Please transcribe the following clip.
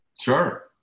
Sure